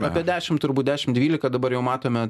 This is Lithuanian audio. apie dešimt turbūt dešimt dvylika dabar jau matome